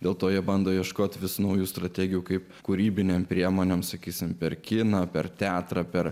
dėl to jie bando ieškoti vis naujų strategijų kaip kūrybiniam priemonėms sakysime per kiną per teatrą per